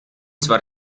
zwar